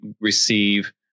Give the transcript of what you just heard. receive